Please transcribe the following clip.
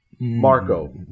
Marco